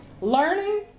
Learning